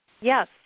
Yes